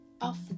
off